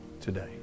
today